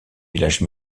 village